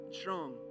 strong